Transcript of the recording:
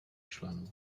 členů